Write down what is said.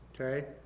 Okay